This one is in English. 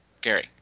Gary